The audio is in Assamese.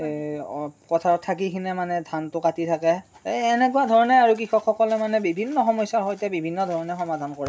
পথাৰত থাকি কিনে মানে ধানটো কাটি থাকে এই এনেকুৱা ধৰণেই আৰু কৃষকসকলে মানে বিভিন্ন সমস্যাৰ সৈতে বিভিন্ন ধৰণে সমাধান কৰে